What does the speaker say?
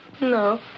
No